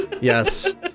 Yes